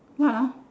what ah